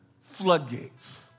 Floodgates